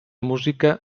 música